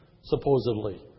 supposedly